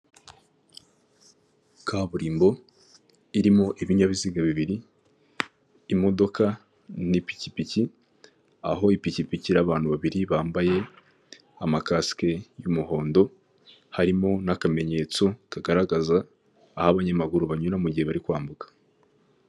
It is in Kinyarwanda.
Kaburimbo irimo ibinyabiziga bibiri imodoka n'ipikipiki, aho ipikipiki abantu babiri bambaye amakasike y'umuhondo harimo n'akamenyetso kagaragaza aho abanyamaguru banyura mu gihe bari kwambuka.